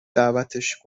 دعوتش